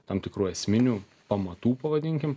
tam tikrų esminių pamatų pavadinkim